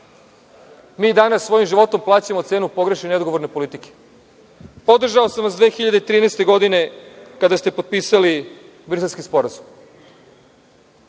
Mi danas svojim životom plaćamo cenu pogrešne i neodgovorne politike. Podržao sam vas 2013. godine kada ste potpisali Briselski sporazum.